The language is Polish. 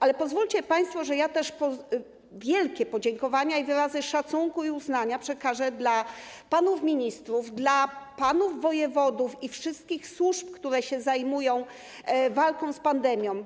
Ale pozwólcie państwo, że wielkie podziękowania i wyrazy szacunku i uznania przekażę też dla panów ministrów, panów wojewodów i wszystkich służb, które się zajmują walką z pandemią.